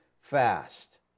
fast